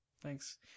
Thanks